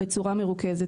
בצורה מרוכזת,